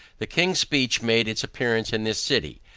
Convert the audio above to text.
the king's speech made its appearance in this city.